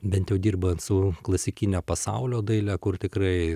bent jau dirbant su klasikine pasaulio daile kur tikrai